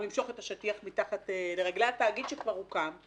למשוך את השטיח מתחת לרגלי התאגיד שכבר הוקם.